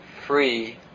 free